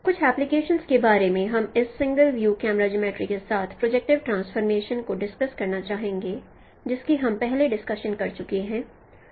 कुछ एप्लीकेशंस के बारे में हम इस सिंगल व्यू कैमरा ज्योमेट्री के साथ प्रोजेप्क्टिव ट्रांसफॉर्मेशन को डिस्कस करना चाहेंगे जिसकी हम पहले डिस्कशन कर चूके हैं